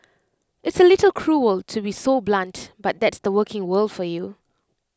it's A little cruel to be so blunt but that's the working world for you